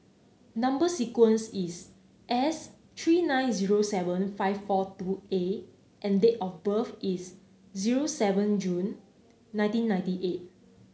number sequence is S three nine zero seven five four two A and date of birth is zero seven June nineteen ninety eight